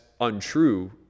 untrue